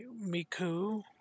Miku